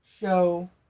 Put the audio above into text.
show